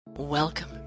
Welcome